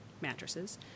mattresses